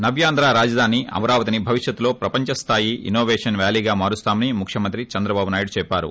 నవ్యాంధ్ర రాజధాని అమరావతిని భవిష్యత్లో ప్రపంచ స్లాయి ఇన్నో పేషన్ వ్యాలీగా మారుస్తామని ముఖ్వమంత్రి చంద్రబాబునాయుడు చేప్పారు